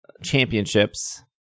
Championships